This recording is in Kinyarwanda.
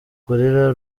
gorilla